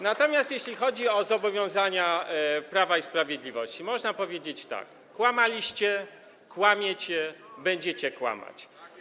Natomiast jeśli chodzi o zobowiązania Prawa i Sprawiedliwości, to można powiedzieć tak: kłamaliście, kłamiecie, będziecie kłamać.